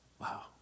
Wow